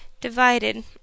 divided